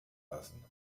lassen